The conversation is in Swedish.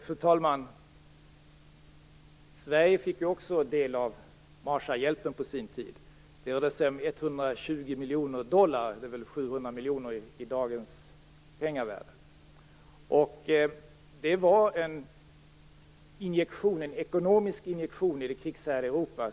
Fru talman! Också Sverige fick på sin tid del av Marshallhjälpen. Det rörde sig om 120 miljoner dollar, vilket väl i dagens penningvärde motsvarar 700 miljoner. Det var en ekonomisk injektion i det krigshärjade Europa.